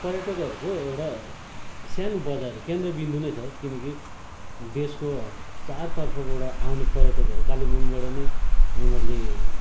पर्यटकहरूको एउटा सानो बजार केन्द्रबिन्दु नै छ किनकि देशको चारतर्फबाट आउने पर्यटकहरू कालिम्पोङबाट नै उनीहरूले